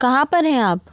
कहाँ पर है आप